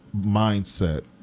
mindset